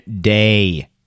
day